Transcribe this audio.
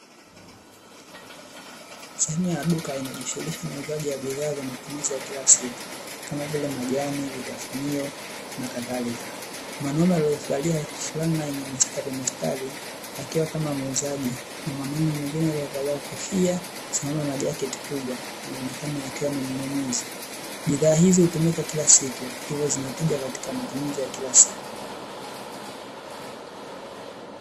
Sehemu ya duka inayojishughulisha na uuzaji wa bidhaa za matumizi ya kila siku, Kama vile; majani, vitafunio na kadhalika, mwanaume aliyevalia fulana yenye mistarimistari akiwa kama muuzaji na mwingine aliyevalia kofia na jaketi kubwa anaonekana akiwa ni mnunuzi. Bidhaa hizi hutumika kila siku, hivyo zina tija katika matumizi ya kila siku .